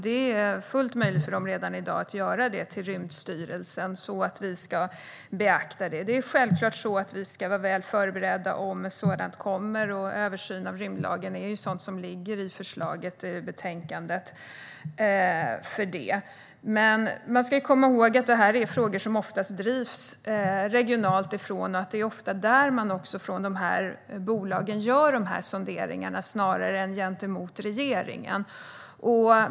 Det är fullt möjligt för dem att redan i dag göra en ansökan till Rymdstyrelsen för beaktande. Självklart ska vi vara väl förberedda om en sådan kommer. Översyn av rymdlagen är något som ligger i betänkandet. Man ska dock komma ihåg att dessa frågor ofta drivs regionalt och att det är där dessa bolag gör sonderingar, snarare än gentemot regeringen.